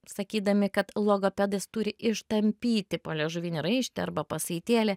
sakydami kad logopedas turi ištampyti poliežuvinį raištį arba pasaitėlį